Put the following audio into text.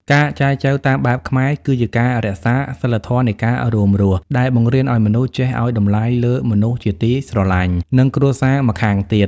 ការចែចូវតាមបែបខ្មែរ គឺជាការរក្សា "សីលធម៌នៃការរួមរស់" ដែលបង្រៀនឱ្យមនុស្សចេះឱ្យតម្លៃលើមនុស្សជាទីស្រឡាញ់ និងគ្រួសារម្ខាងទៀត។